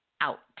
out